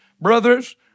brothers